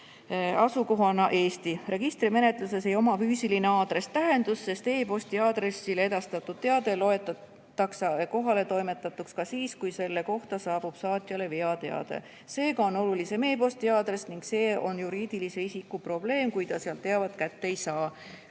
asukohana Eesti. Registrimenetluses ei oma füüsiline aadress tähendust, sest e-posti aadressile edastatud teade loetakse kohaletoimetatuks ka siis, kui selle kohta saabub saatjale veateade. Seega on olulisem e-posti aadress ning see on juriidilise isiku probleem, kui ta sealt teavet kätte ei saa.